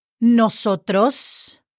nosotros